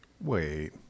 wait